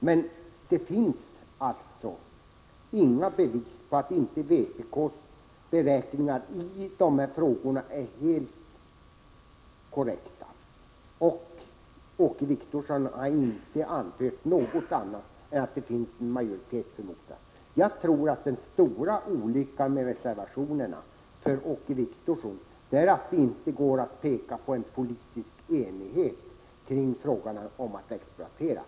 Men det finns alltså inga bevis för att inte vpk:s beräkningar i dessa frågor är helt korrekta. Åke Wictorsson har inte anfört något annat argument än att det finns en majoritet för den motsatta uppfattningen. Jag tror att den stora olyckan med reservationerna för Åke Wictorsson är att det inte går att peka på en politisk enighet i fråga om en exploatering.